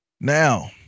Now